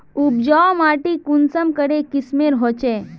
उपजाऊ माटी कुंसम करे किस्मेर होचए?